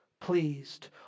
pleased